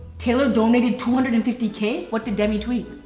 taylor donated two hundred and fifty k, what did demi tweet?